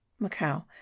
macau